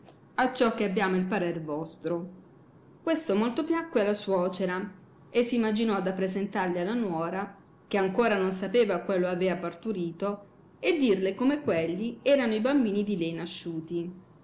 fronte acciò che abbiamo il parer vostro questo molto piacque alla suocera e s imaginò d appresentargli alla nuora che ancora non sapeva quello avea parturito e dirle come quelli erano i bambini di lei nasciuti